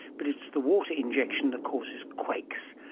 but it's the water injection that causes quakes.